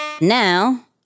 Now